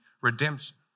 Redemption